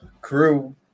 Crew